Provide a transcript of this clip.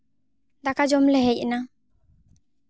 ᱫᱟᱠᱟ ᱡᱚᱢᱞᱮ ᱦᱮᱡ ᱮᱱᱟ